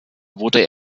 wurde